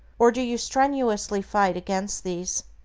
or do you strenuously fight against these?